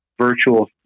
virtual